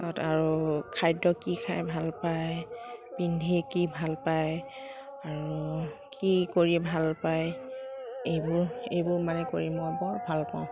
আৰু খাদ্য কি খায় ভালপায় পিন্ধি কি ভালপায় আৰু কি কৰি ভালপায় এইবোৰ এইবোৰ মানে কৰি মই বৰ ভালপাওঁ